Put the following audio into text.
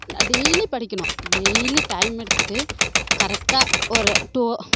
daily படிக்கணும் daily time எடுத்துகிட்டு கரெக்டாக ஒரு டூ